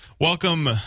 Welcome